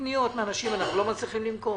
מקבלים פניות מאנשים שהם לא מצליחים למכור.